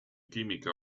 química